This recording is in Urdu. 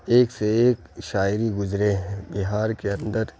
ایک سے ایک شاعری گزرے ہیں بہار کے اندر